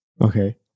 Okay